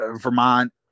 Vermont